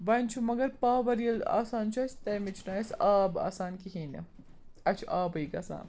وۄنۍ چھُ مگر پاوَر ییٚلہِ آسان چھُ اسہِ تمہِ وِزۍ چھُنہٕ اسہِ آب آسان کِہیٖنۍ نہٕ اسہِ چھُ آبٕے گَژھان